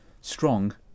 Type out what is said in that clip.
strong